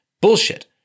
bullshit